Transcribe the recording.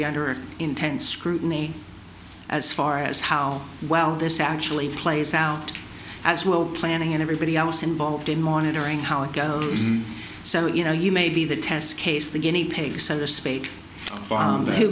be under intense scrutiny as far as how well this actually plays out as well planning and everybody else involved in monitoring how it goes so you know you may be the test case the guinea pigs